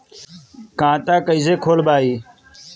खाता कईसे खोलबाइ?